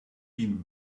been